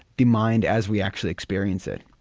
the mind as we actually experience it.